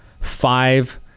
five